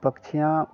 पक्षियाँ